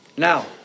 Now